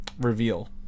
reveal